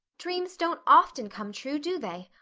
dreams don't often come true, do they?